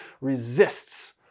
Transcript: resists